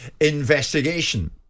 investigation